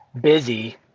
busy